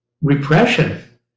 repression